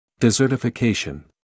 Desertification